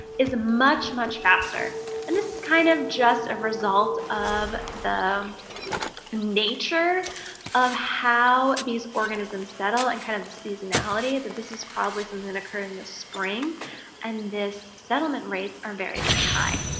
is a much much faster and this is kind of just a result of the nature of how these organisms settle and kind of the seasonality that this is probably something and occur in the spring and this settlement rates are very very high.